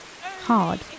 Hard